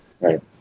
Right